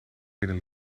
binnen